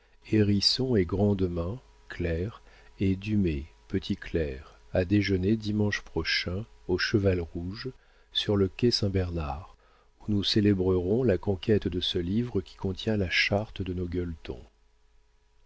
hérisson et grandemain clercs et dumets petit clerc à déjeuner dimanche prochain au cheval rouge sur le quai saint-bernard où nous célébrerons la conquête de ce livre qui contient la charte de nos gueuletons